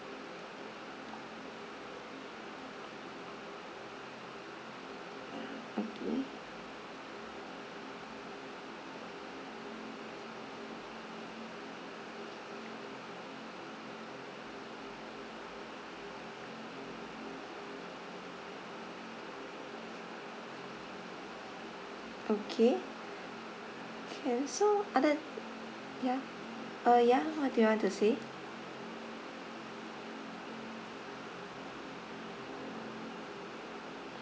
okay okay can so uh then ya ah ya what do you want to say